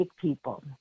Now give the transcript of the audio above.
people